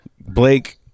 Blake